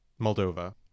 Moldova